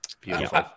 Beautiful